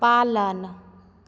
पालन